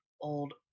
old